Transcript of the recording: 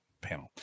panel